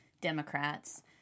Democrats